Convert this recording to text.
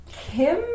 Kim